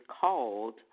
called